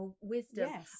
wisdom